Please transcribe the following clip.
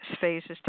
phases